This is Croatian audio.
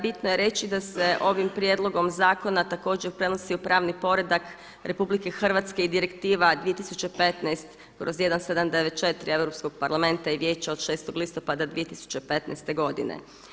Bitno je reći da se ovim prijedlogom zakona također prenosi u pravni poredak RH i Direktiva 2015/1794 Europskog parlamenta i Vijeća od 6. listopada 2015. godine.